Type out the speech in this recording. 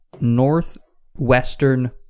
northwestern